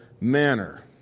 manner